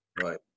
Right